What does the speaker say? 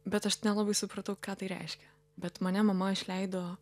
bet aš nelabai supratau ką tai reiškia bet mane mama išleido